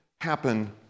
happen